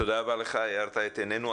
תודה רבה לך, הארת את עינינו.